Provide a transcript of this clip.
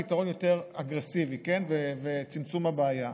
פתרון יותר אגרסיבי וצמצום הבעיה.